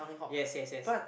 yes yes yes